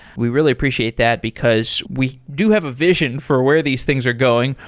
we really appreciate that, because we do have a vision for where these things are going.